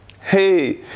Hey